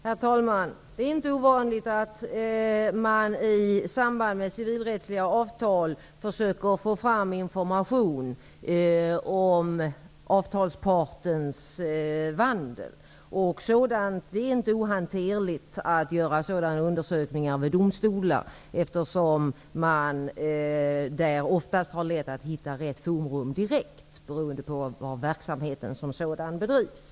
Herr talman! Det är inte ovanligt att man i samband med civilrättsliga avtal försöker att få fram information om avtalspartens vandel. Det är inte ohanterligt att göra sådana undersökningar vid domstolar, eftersom man där oftast har lätt att direkt hitta rätt forum, beroende på var verksamheten som sådan bedrivs.